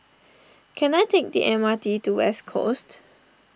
can I take the M R T to West Coast